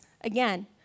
again